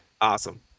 Awesome